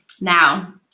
Now